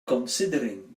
considering